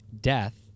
death